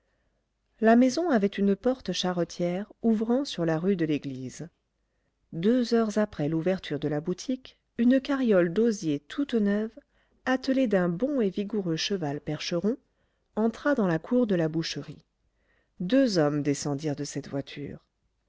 la maison avait une porte charretière ouvrant sur la rue de l'église deux heures après l'ouverture de la boutique une carriole d'osier toute neuve attelée d'un bon et vigoureux cheval percheron entra dans la cour de la boucherie deux hommes descendirent de cette voiture